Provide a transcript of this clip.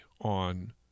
on